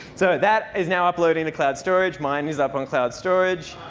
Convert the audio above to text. so that is now uploading to cloud storage. mine is up on cloud storage.